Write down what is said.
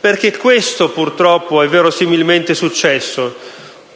Perché questo, purtroppo, è verosimilmente successo: